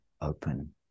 open